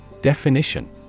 Definition